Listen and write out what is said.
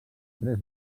tres